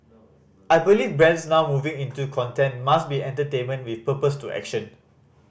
I believe brands now moving into content must be entertainment with purpose to action